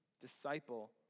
Disciple